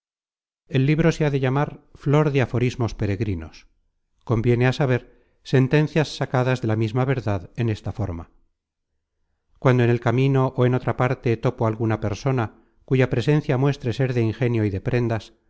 el libro se ha de llamar flor de afo rismos peregrinos conviene á saber sentencias sacadas de la misma verdad en esta forma cuando en el camino ó en otra parte topo alguna persona cuya presencia muestre ser de ingenio y de prendas